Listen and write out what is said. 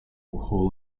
whole